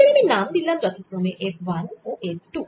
এদের আমি নাম দিলাম যথাক্রমে F 1 ও F 2